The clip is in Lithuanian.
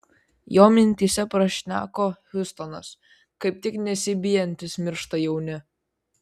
jo mintyse prašneko hiustonas kaip tik nesibijantys miršta jauni